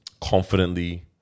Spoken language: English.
confidently